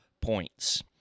points